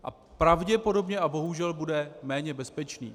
A pravděpodobně a bohužel bude méně bezpečný.